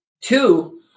Two